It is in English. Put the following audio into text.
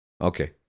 Okay